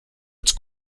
its